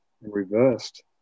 reversed